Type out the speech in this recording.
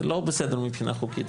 זה לא בסדר מבחינה חוקית.